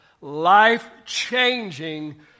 life-changing